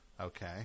okay